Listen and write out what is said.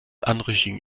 anrüchigen